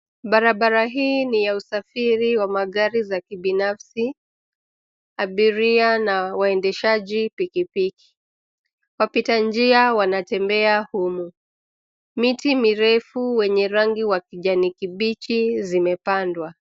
Barabara hii ni ya usafiri wa magari za kibinafsi, abiria na waendeshaji pikipiki. Wapita njia wanatembea humu. Miti mirefu wenye rangi wa kijani kibichi zimepandwa.